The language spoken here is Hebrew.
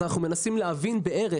אנחנו מנסים להבין בערך.